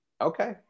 Okay